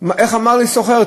איך אמר לי סוחר?